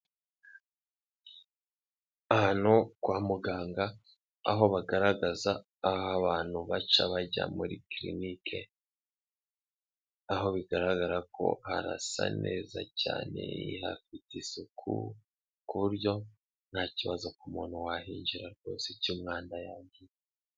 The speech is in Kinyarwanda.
Ahantu kwa muganga aho bagaragaza aho abantu baca bajya muri kirinike, aho bigaragara ko harasa neza cyane, hafite isuku ku buryo nta kibazo ku muntu wahinjira rwose cy'umwanda yagira.